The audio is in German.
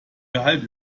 gehalt